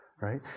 right